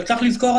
אבל צריך לזכור,